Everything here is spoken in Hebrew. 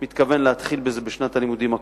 אני מתכוון להתחיל בזה בשנת הלימודים הקרובה,